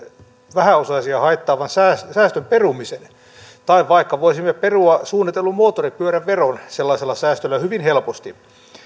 vähäosaisia haittaavan säästön säästön perumisen tai voisimme vaikka perua suunnitellun moottoripyöräveron sellaisella säästöllä hyvin helposti